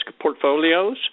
portfolios